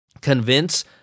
convince